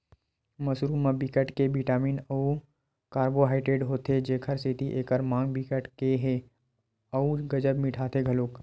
mushroom म बिकट के बिटामिन अउ कारबोहाइडरेट होथे जेखर सेती एखर माग बिकट के ह अउ गजब मिटाथे घलोक